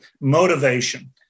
motivation